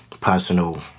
personal